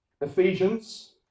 Ephesians